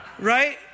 right